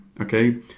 Okay